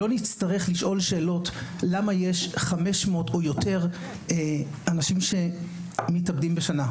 לא נצטרך לשאול שאלות כמו למה יש 500 או יותר אנשים מתאבדים בשנה.